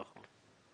נכון.